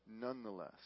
Nonetheless